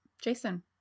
Jason